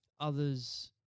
others